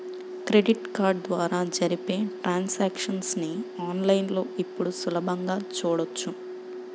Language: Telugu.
క్రెడిట్ కార్డు ద్వారా జరిపే ట్రాన్సాక్షన్స్ ని ఆన్ లైన్ లో ఇప్పుడు సులభంగా చూడొచ్చు